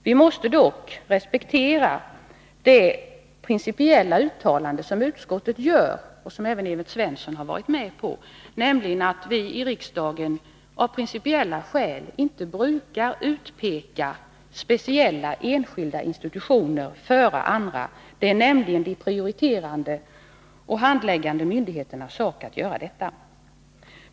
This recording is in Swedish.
Vi måste dock respektera det principiella uttalande som utskottet gör, och som Nr 153 även Evert Svensson står bakom, nämligen att vi i riksdagen av principiella Onsdagen den skäl inte brukar utpeka vissa enskilda institutioner före andra. Det är de 19 maj 1982 prioriterande och handläggande myndigheternas sak att göra detta.